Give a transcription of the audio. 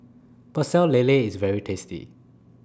Pecel Lele IS very tasty